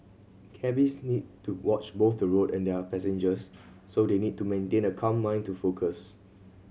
cabbies need to watch both the road and their passengers so they need to maintain a calm mind to focus